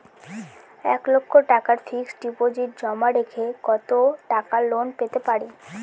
এক লক্ষ টাকার ফিক্সড ডিপোজিট জমা রেখে কত টাকা লোন পেতে পারি?